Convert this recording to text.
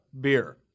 beer